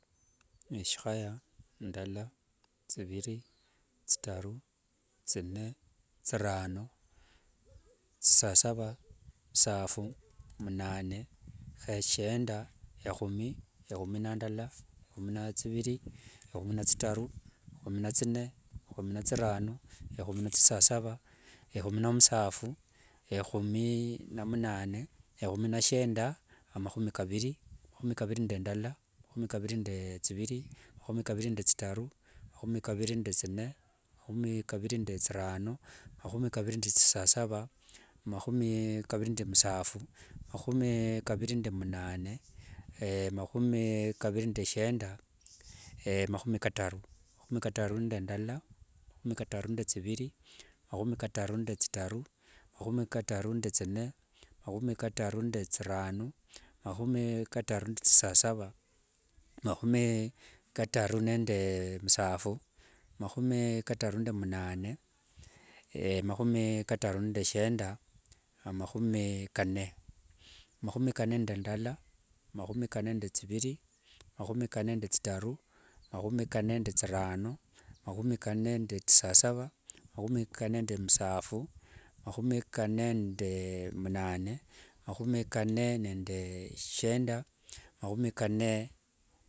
Eshikhaya, ndala thiviri thitaru thine thirano thisasava, musaphu munane shienda ekhumi. Ekhumi nandala, ekhumi na thiviri, ekhumi na thitaru, ekhumi na thine, ekhumi na thirano, ekhumi na musaphu ekhumi na musasasava, ekhumi na munane, ekhumi na shienda, amakhumi kaviri. Makhumi kaviri nde ndala, makhumi kaviri nde thiviri makhumi kaviri nde thitaru makhumi kaviri nde thinne makhumi kaviri nde thirano makhumi kaviri nde thisasava makhumi kaviri nde musaphu, makhumi kaviri nde munane, makhumi kaviri nde shienda, amakhumi kataru. Makhumi kataru nde ndala, makhumi kataru nde thiviri makhumi kataru nde thitaru makhumi kataru nde thinne makhumi kataru nde thirano makhumi kataru nde thisasava makhumi kataru nde musaphu, makhumi kataru nde mumane, makhumi kataru nde shienda, amakhumi kanne. Makhumi kanne nde ndala, makhumi kanne nde thiviri, makhumi kanne nde thitaru, makhumi kanne nde thinne, makhumi kanne nde thirano makhumi kanne nde thisasava makhumi kanne musaphu makhumi khanne nde mumane makhumi kann nde shienda.